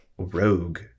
rogue